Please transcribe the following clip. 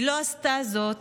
היא לא עשתה זאת